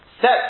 set